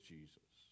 Jesus